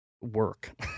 work